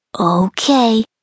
Okay